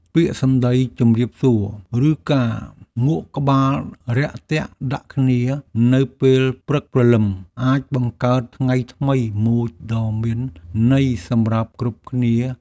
ពាក្យសម្តីជម្រាបសួរឬការងក់ក្បាលរាក់ទាក់ដាក់គ្នានៅពេលព្រឹកព្រលឹមអាចបង្កើតថ្ងៃថ្មីមួយដ៏មានន័យសម្រាប់គ្រប់គ្នា។